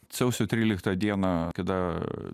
sausio tryliktą dieną kada